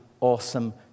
awesome